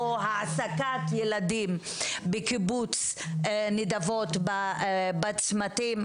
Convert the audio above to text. או העסקת ילדים בקיבוץ נדבות בצמתים,